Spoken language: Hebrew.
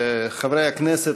חברי הכנסת,